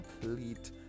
complete